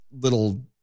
little